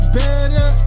better